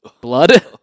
blood